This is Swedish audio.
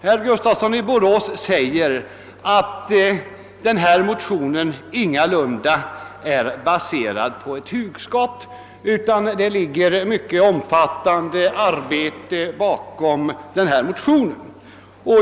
Herr Gustafsson i Borås säger att motionerna ingalunda är baserade på ett hugskott, utan att det ligger mycket omfattande arbete bakom dem.